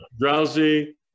Drowsy